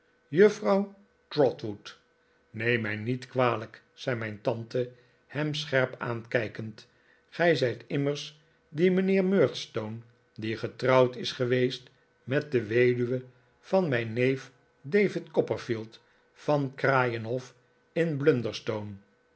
juffrouw trotwood neem mij niet kwalijk zei mijn tante hem scherp aankijkend gij zijt immers die mijnheer murdstone die getrouwd geweest is met de weduwe van mijn neef david copperfield van kraaienhof in blunderstone